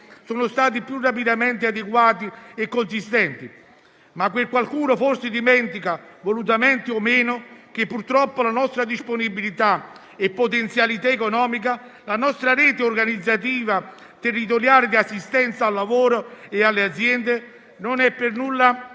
sono stati più rapidi, adeguati e consistenti, ma qualcuno forse dimentica, volutamente o meno, che purtroppo la nostra disponibilità e potenzialità economica e la nostra rete organizzativa territoriale di assistenza al lavoro e alle aziende non sono per nulla